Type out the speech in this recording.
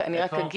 בוודאי.